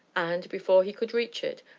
and, before he could reach it,